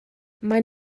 maen